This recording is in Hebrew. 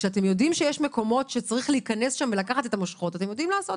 כשאתם יודעים שיש מקומות שצריך להיכנס ולקחת את המושכות,